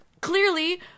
clearly